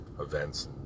events